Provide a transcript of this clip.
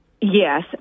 Yes